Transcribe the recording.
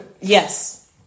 Yes